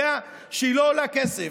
יודע שהיא לא עולה כסף.